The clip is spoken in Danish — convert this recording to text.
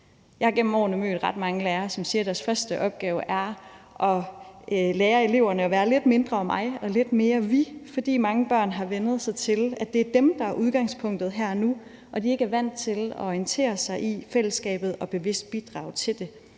Jeg har gennem årene mødt ret mange lærere, som siger, at deres første opgave er at lære eleverne at være lidt mindre mig og lidt mere vi, fordi mange børn har vænnet sig til, at det er dem, der er udgangspunktet her og nu, og de ikke er vant til at orientere sig i fællesskabet og bevidst bidrage til det.